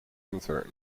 concerned